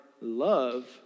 love